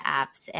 apps